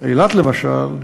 אילת למשל,